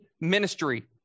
ministry